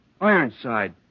ironside